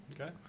Okay